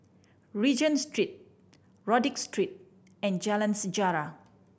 Regent Street Rodyk Street and Jalan Sejarah